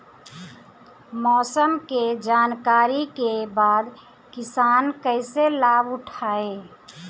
मौसम के जानकरी के बाद किसान कैसे लाभ उठाएं?